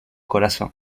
corazón